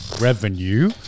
revenue